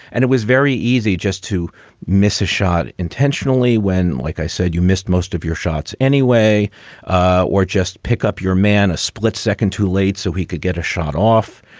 and it was very easy just to miss a shot intentionally when, like i said, you missed most of your shots anyway or just pick up your man a split second too late so he could get a shot off.